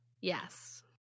Yes